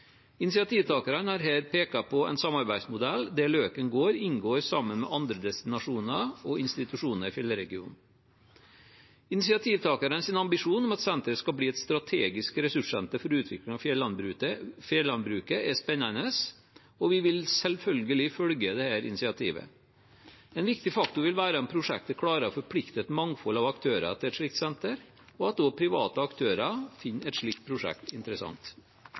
Initiativtakerne har her pekt på en samarbeidsmodell der Løken gård inngår sammen med andre destinasjoner og institusjoner i fjellregionen. Initiativtakernes ambisjon om at senteret skal bli et strategisk ressurssenter for utvikling av fjellandbruket, er spennende, og vi vil selvfølgelig følge dette initiativet. En viktig faktor vil være om prosjektet klarer å forplikte et mangfold av aktører til et slikt senter, og at også private aktører finner et slikt prosjekt interessant.